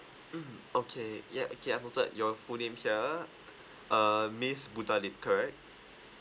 mm okay ya okay I've noted your full name here uh miss butalib correct